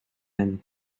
inn